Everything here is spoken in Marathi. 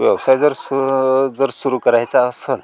व्यवसाय जर सु जर सुरु करायचा असेल